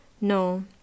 No